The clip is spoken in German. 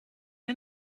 wir